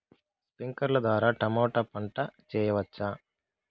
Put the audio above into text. స్ప్రింక్లర్లు ద్వారా టమోటా పంట చేయవచ్చా?